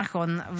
נכון.